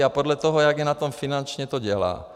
A podle toho, jak je na tom finančně, to dělá.